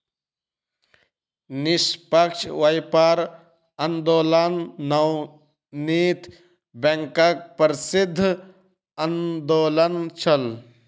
निष्पक्ष व्यापार आंदोलन नैतिक बैंकक प्रसिद्ध आंदोलन छल